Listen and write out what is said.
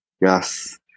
Yes